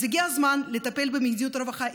הגיע הזמן לטפל במדיניות הרווחה.